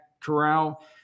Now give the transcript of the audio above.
Corral